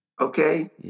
Okay